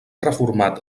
reformat